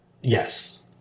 yes